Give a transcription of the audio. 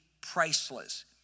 priceless